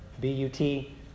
B-U-T